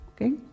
Okay